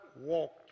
walked